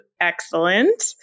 excellent